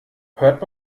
hört